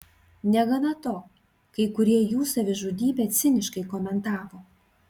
negana to kai kurie jų savižudybę ciniškai komentavo